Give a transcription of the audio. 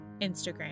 Instagram